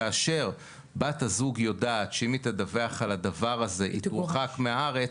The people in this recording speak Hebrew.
כאשר בת הזוג יודעת שאם היא תדווח על הדבר הזה היא תורחק מהארץ,